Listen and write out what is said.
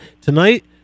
Tonight